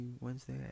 Wednesday